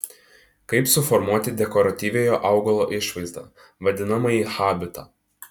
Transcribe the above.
kaip suformuoti dekoratyviojo augalo išvaizdą vadinamąjį habitą